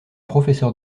professeur